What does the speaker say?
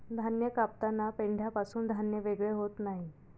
धान्य कापताना पेंढ्यापासून धान्य वेगळे होत नाही